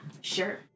sure